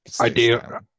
Idea